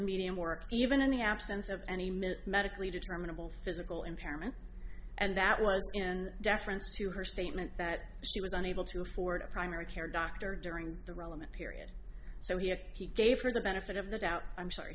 medium or even in the absence of any minute medically determinable physical impairment and that was deference to her statement that she was unable to afford a primary care doctor during the relevant period so he gave her the benefit of the doubt i'm sorry